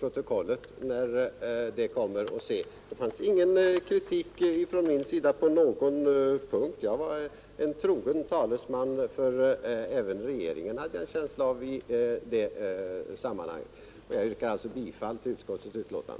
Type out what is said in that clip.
protokollet när det kommer och se. Det fanns ingen kritik från min sida på någon punkt. Jag var en trogen talesman för utskottet — och även för regeringen, hade jag en känsla av — i det sammanhanget. Jag yrkar alltså bifall till utskottets betänkande.